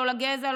לא לגזע,